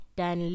dan